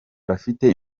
bafite